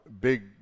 big